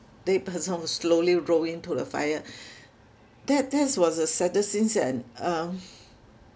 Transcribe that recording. dead person slowly roll in to the fire that that's was the saddest scenes and um